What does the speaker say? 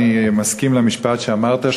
אני מסכים למשפט שאמרת,